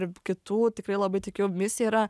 ir kitų tikrai labai tikiu misija yra